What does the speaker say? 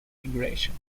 configuration